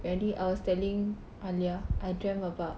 I was telling aliyah I dreamt about